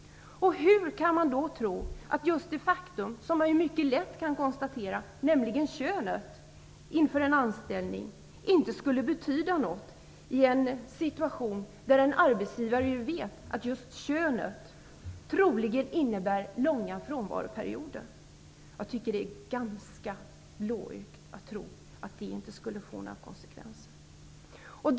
Hur kan man då tro att just det faktum, som man mycket lätt kan konstatera inför en anställning, nämligen könet, inte skulle betyda något i en situation där en arbetsgivare vet att just könet troligen innebär långa frånvaroperioder? Jag tycker det är ganska blåögt att tro att det inte skulle få några konsekvenser.